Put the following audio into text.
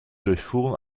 durchfuhren